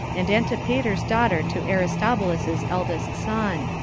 and antipater's daughter to aristobulus's eldest son.